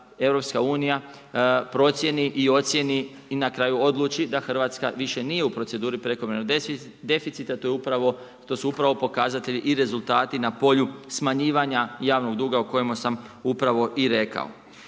toga da EU procijeni i ocijeni i na kraju odluči da Hrvatska više nije u proceduri prekomjernog deficita, to su upravo pokazatelji i rezultati na polju smanjivanja javnog duga o kojemu sam upravo i rekao.